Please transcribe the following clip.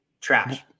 Trash